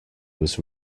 was